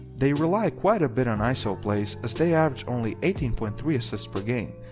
they rely quite a bit on iso plays as they average only eighteen point three assists per game,